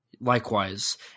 likewise